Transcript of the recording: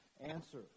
answer